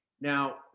Now